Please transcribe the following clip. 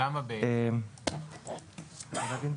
למה, בעצם?